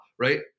Right